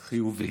חיובי.